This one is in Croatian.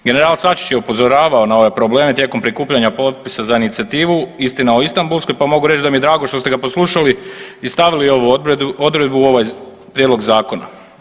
General Sačić je upozoravao na ove probleme tijekom prikupljanja potpisa za inicijativu „Istina o Istambulskoj“ pa mogu reći da mi je drago što ste ga poslušali i stavili ovu odredbu u ovaj prijedlog zakona.